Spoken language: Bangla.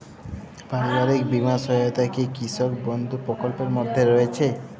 পারিবারিক বীমা সহায়তা কি কৃষক বন্ধু প্রকল্পের মধ্যে রয়েছে?